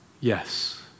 Yes